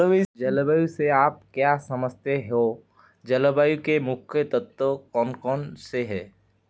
जलवायु से आप क्या समझते हैं जलवायु के मुख्य तत्व कौन कौन से हैं?